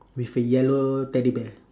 with a yellow teddy bear